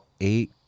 eight